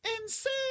insane